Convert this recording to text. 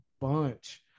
bunch